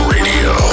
Radio